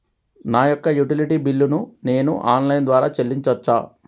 నా యొక్క utility bill ను నేను ఆన్ లైన్ ద్వారా చెల్లించొచ్చా?